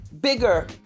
bigger